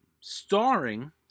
starring